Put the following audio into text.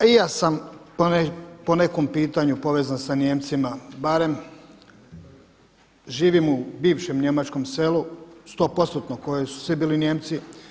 I ja sam po nekom pitanju povezan sa Nijemcima barem živim u bivšem njemačkom selu sto postotno koje su svi bili Nijemci.